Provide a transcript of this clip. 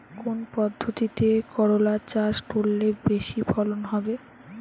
কোন পদ্ধতিতে করলা চাষ করলে বেশি ফলন হবে?